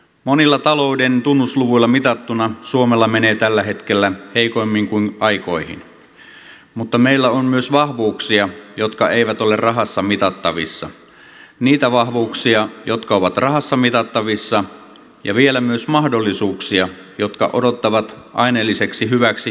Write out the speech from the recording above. monilla talouden tunnusluvuilla mitattuna suomella menee tällä hetkellä heikommin kuin aikoihin mutta meillä on myös vahvuuksia jotka eivät ole rahassa mitattavissa niitä vahvuuksia jotka ovat rahassa mitattavissa ja vielä myös mahdollisuuksia jotka odottavat aineelliseksi hyväksi muuttumista